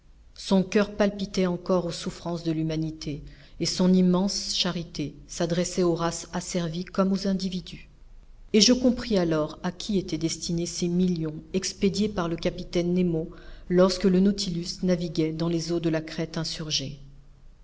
son coeur palpitait encore aux souffrances de l'humanité et son immense charité s'adressait aux races asservies comme aux individus et je compris alors à qui étaient destinés ces millions expédiés par le capitaine nemo lorsque le nautilus naviguait dans les eaux de la crète insurgée